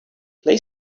play